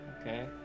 okay